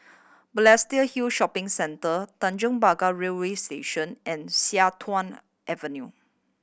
Balestier Hill Shopping Centre Tanjong Pagar Railway Station and Sian Tuan Avenue